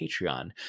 Patreon